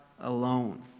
alone